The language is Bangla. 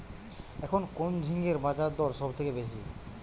এখন কোন ঝিঙ্গের বাজারদর সবথেকে বেশি?